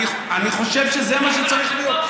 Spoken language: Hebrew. אני חושב שזה מה שצריך להיות.